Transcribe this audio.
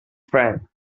friend